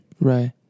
right